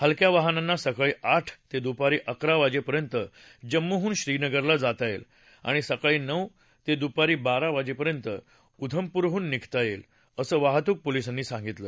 हलक्या वाहनांना सकाळी आठ ते दुपारी अकरा वाजेपर्यंत जम्मूहून श्रीनगरला जाता येईल आणि सकाळी नऊ ते दुपारी बारापर्यंत उधमपूरहून निघता येईल असं वाहतूक पोलिसांनी सांगितलं